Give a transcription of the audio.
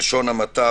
בלשון המעטה,